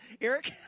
Eric